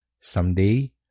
Someday